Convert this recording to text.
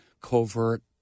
covert